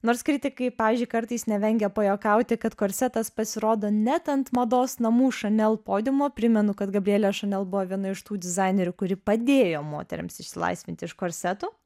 nors kritikai pavyzdžiui kartais nevengia pajuokauti kad korsetas pasirodo net ant mados namų chanel podiumo primenu kad gabrielė šanel buvo viena iš tų dizainerių kuri padėjo moterims išsilaisvinti iš korsetų